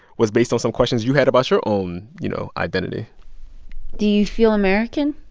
was based on some questions you had about your own, you know, identity do you feel american?